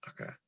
Okay